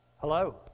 Hello